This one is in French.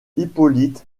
hippolyte